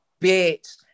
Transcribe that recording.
bitch